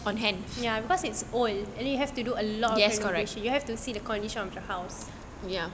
ya because it's old and then you have to do a lot of renovation you have to see the condition of your house